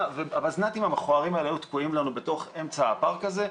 והבזנ"טים המכוערים היו תקועים בתוך אמצע הפארק הזה,